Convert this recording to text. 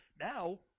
Now